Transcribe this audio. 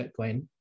Bitcoin